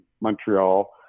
Montreal